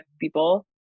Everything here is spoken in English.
people